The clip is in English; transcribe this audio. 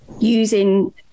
using –